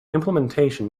implementation